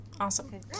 Awesome